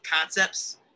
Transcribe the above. concepts